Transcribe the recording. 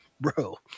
bro